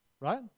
right